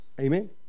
Amen